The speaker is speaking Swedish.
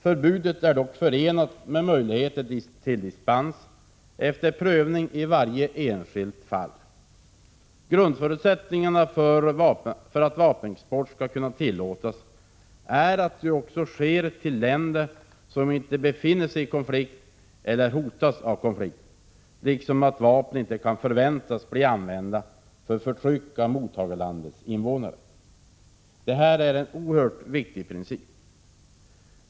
Förbudet är dock förenat med möjlighet till dispens efter prövning i varje enskilt fall. Grundförutsättningen för att vapenexport skall kunna tillåtas är att den sker till länder som inte befinner sig i konflikt eller hotas av konflikter liksom att vapnen inte kan förväntas bli använda för förtryck av mottagarlandets invånare. Det här är en oerhört viktig princip.